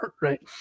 right